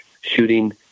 shooting—